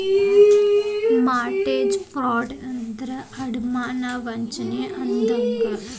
mortgage fraud ಅಂದ್ರ ಅಡಮಾನ ವಂಚನೆ ಅಂದಂಗ